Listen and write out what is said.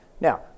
Now